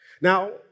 Now